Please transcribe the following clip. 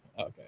Okay